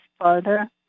further